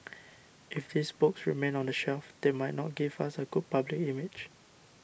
if these books remain on the shelf they might not give us a good public image